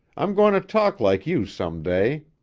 i'm goin' to talk like you some day.